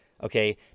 Okay